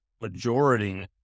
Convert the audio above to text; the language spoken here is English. majority